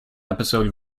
episode